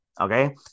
Okay